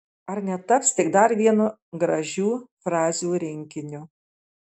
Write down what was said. ar netaps tik dar vienu gražių frazių rinkiniu